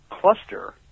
cluster